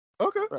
Okay